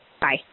Bye